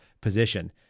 position